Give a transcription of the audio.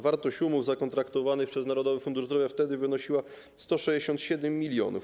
Wartość umów zakontraktowanych przez Narodowy Fundusz Zdrowia wtedy wynosiła 167 mln.